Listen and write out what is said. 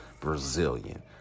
Brazilian